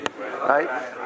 right